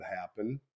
happen